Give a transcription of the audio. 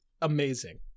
Amazing